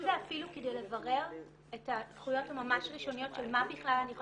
זה אפילו כדי לברר את הזכויות הממש ראשוניות של מה בכלל אני יכולה,